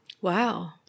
Wow